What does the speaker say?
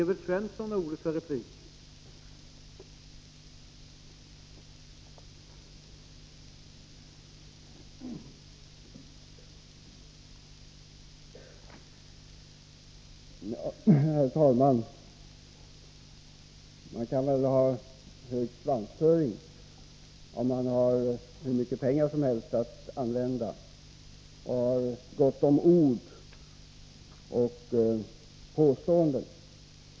Herr talman! Man kan ha hög svansföring om man har hur mycket pengar som helst och om man har gott om ord och påståenden.